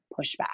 pushback